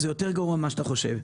זה יותר גרוע ממה שאתה חושב.